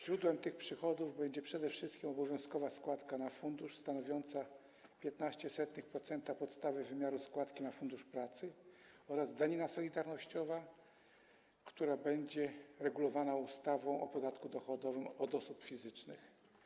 Źródłem tych przychodów będzie przede wszystkim obowiązkowa składka na fundusz stanowiąca 0,15% podstawy wymiaru składki na Fundusz Pracy oraz danina solidarnościowa, która będzie regulowana ustawą o podatku dochodowym od osób fizycznych.